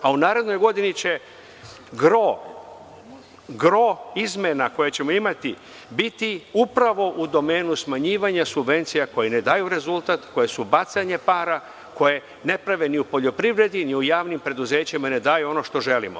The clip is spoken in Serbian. U narednoj godini će gro izmena koje ćemo imati biti upravo u domenu smanjivanja subvencija koje ne daju rezultat, koje su bacanje para, koje ne prave ni u poljoprivredi ni u javnim preduzećima i ne daju ono što želimo.